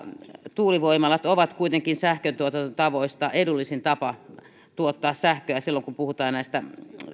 tuulivoimalat ovat kuitenkin sähköntuotantotavoista edullisin tapa tuottaa sähköä silloin kun puhutaan näistä